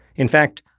in fact,